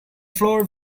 floor